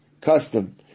custom